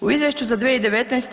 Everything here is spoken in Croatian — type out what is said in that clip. U izvješću za 2019.